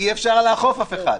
אי-אפשר יהיה לאכוף על אף אחד,